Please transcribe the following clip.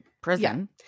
prison